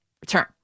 return